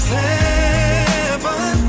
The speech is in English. heaven